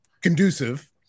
conducive